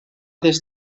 des